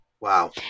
Wow